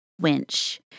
Winch